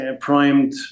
primed